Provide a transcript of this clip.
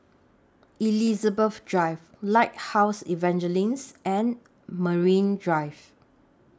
Elizabeth Drive Lighthouse Evangelism and Marine Drive